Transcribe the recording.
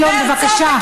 חבר הכנסת גילאון, בבקשה.